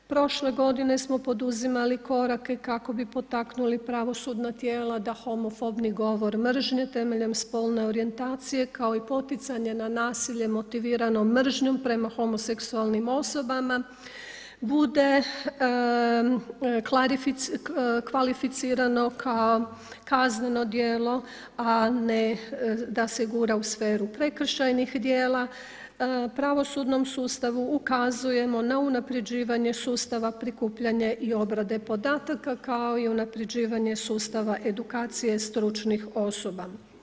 Prošle godine smo poduzimali korake kako bi potaknuli pravosudna tijela da homofobni govor mržnje temeljem spolne orijentacije kao i poticanje na nasilje motivirano mržnjom prema homoseksualnim osobama bude kvalificirano kao kazneno djelo, a ne da se gura u sferu prekršajnih djela, pravosudnom sustavu ukazujemo na unapređivanje sustava prikupljanja i obrade podataka kao i unapređivanje sustava edukacije stručnih osoba.